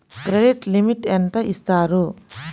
Credit limit ఎంత ఇస్తారు?